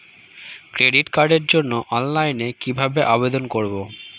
Credit কার্ডের জন্য অনলাইনে কিভাবে আবেদন করব?